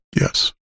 Yes